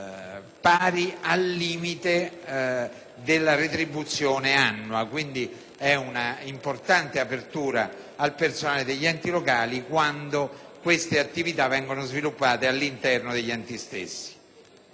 pari al limite della retribuzione annua (quindi è un'importante apertura al personale degli enti locali) quando le suddette attività sono sviluppate all'interno degli enti stessi.